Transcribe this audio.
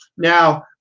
Now